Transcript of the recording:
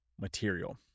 material